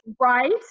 Right